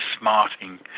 smarting